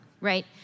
right